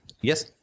Yes